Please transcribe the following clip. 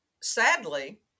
sadly